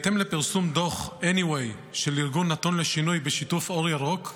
פרסום דוח Any way של ארגון "נתון לשינוי" בשיתוף "אור ירוק"